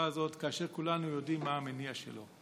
הזאת כאשר כולנו יודעים מה המניע שלו?